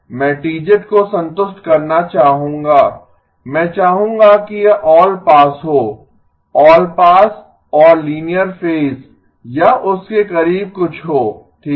मैं T को संतुष्ट करना चाहूंगा मैं चाहूंगा कि यह ऑल पास हो ऑल पास और लीनियर फेज या उस के करीब कुछ हो ठीक है